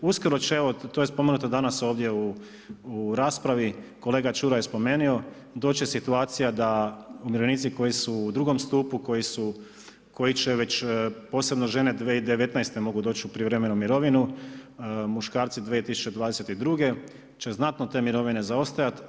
Uskoro će, evo to je spomenuto danas, ovdje u raspravi, kolega Čuraj je spomenuo, doći će situacija, da umirovljenici koji su u 2 stupu, koji će već, posebno žene, 2019. mogu doći u prijevremenu mirovinu, muškarci 2022. će znatno te mirovine zaostajati.